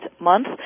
month